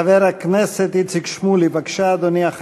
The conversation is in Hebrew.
חבר הכנסת איציק שמולי, בבקשה, אדוני.